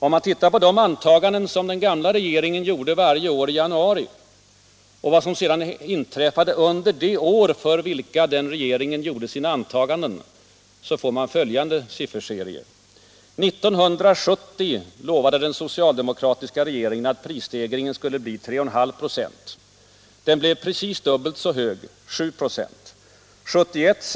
Om man tittar på de antaganden som den gamla regeringen gjorde varje år i januari och vad som sedan inträffade under de år för vilka den regeringen gjorde sina antaganden får man följande sifferserie: 1970 lovade den socialdemokratiska regeringen att prisstegringen skulle bli 3,5 96. Den blev precis dubbelt så hög, 7 96.